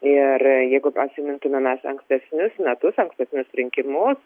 ir jeigu atsimintume mes ankstesnius metus ankstesnius rinkimus